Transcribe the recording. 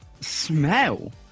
smell